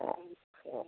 अच्छा